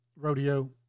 rodeo